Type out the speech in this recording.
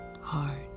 hard